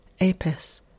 apis